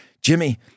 Jimmy